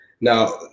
Now